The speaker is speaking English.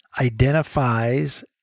identifies